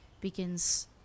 begins